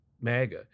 MAGA